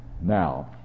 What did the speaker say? now